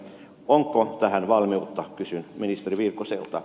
onko tähän valmiutta kysyn ministeri virkkuselta